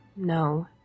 no